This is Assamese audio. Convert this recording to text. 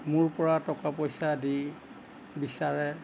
মোৰ পৰা টকা পইচা আদি বিচাৰে